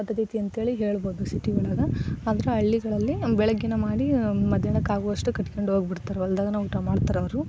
ಪದ್ಧತಿ ಐತಿ ಅಂಥೇಳಿ ಹೇಳ್ಬೋದು ಸಿಟಿ ಒಳಗೆ ಆದ್ರೆ ಹಳ್ಳಿಗಳಲ್ಲಿ ಬೆಳಗ್ಗೆಯೇ ಮಾಡಿ ಮಧ್ಯಾಹ್ನಕ್ಕಾಗುವಷ್ಟು ಕಟ್ಕೊಂಡು ಹೋಗ್ಬಿಡ್ತಾರೆ ಹೊಲ್ದಾಗೇನೆ ಊಟ ಮಾಡ್ತಾರವರು